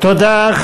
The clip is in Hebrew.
תודה.